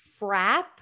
Frap